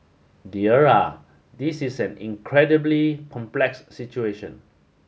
dear ah this is an incredibly complex situation